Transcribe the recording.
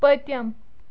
پٔتِم